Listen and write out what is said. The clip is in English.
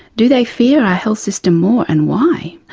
do they fear our health system more, and why?